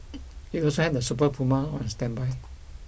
it also had a Super Puma on standby